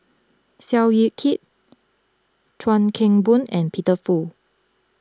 Seow Yit Kin Chuan Keng Boon and Peter Fu